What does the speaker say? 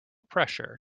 pressure